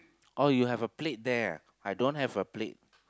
oh you have a plate there ah I don't have a plate